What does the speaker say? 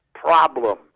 problem